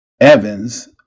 Evans